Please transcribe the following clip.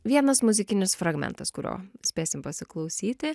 vienas muzikinis fragmentas kurio spėsim pasiklausyti